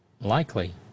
Likely